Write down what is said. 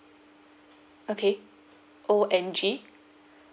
okay O N G